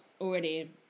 already